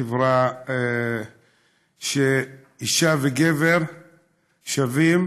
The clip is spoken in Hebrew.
חברה שבה אישה וגבר שווים,